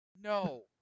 no